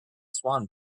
swan